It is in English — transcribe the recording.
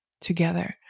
together